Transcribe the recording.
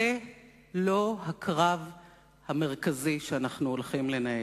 זה לא הקרב המרכזי שאנחנו הולכים לנהל.